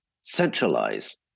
centralize